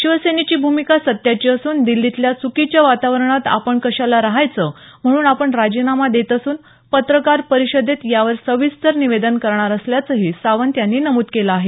शिवसेनेची भूमिका सत्याची असून दिछीतल्या च्कीच्या वातावरणात आपण कशाला रहायचं म्हणून आपण राजिनामा देत असून पत्रकार परिषदेत यावर सविस्तर निवेदन करणार असल्याचंही सावंत यांनी नमुद केलं आहे